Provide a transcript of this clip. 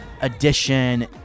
edition